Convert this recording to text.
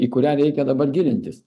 į kurią reikia dabar gilintis